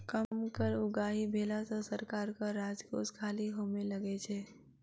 कम कर उगाही भेला सॅ सरकारक राजकोष खाली होमय लगै छै